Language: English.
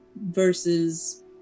versus